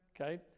Okay